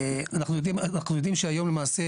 אנחנו יודעים שהיום למעשה,